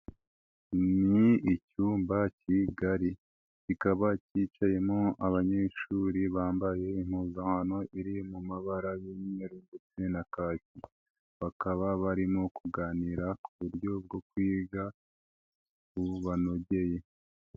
Ni icyumba kigari kikaba cyicayemo abanyeshuri bambaye impuzankano iri mu mabara y'umweru ndetse na kaki, bakaba barimo kuganira ku buryo bwo kwiga bubanogeye.